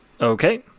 Okay